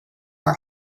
are